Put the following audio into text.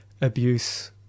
abuse